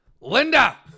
Linda